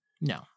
No